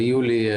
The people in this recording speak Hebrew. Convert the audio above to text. ביולי,